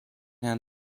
herrn